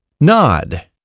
Nod